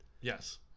Yes